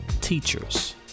teachers